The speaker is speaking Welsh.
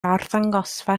arddangosfa